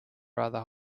rather